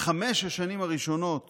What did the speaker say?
בחמש השנים הראשונות